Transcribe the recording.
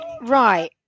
Right